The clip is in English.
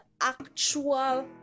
actual